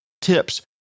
tips